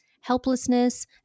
helplessness